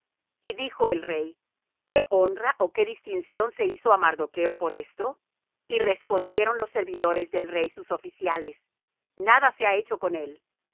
y dijo el rey qué honra ó que distinción se hizo á mardocho por esto y respondieron los servidores del rey sus oficiales nada se ha hecho con él